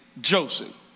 Joseph